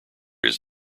his